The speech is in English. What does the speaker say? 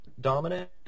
dominant